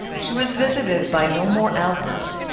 she was visited by no more outbursts,